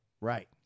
Right